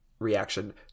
reaction